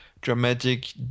dramatic